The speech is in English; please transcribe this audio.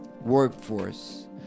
workforce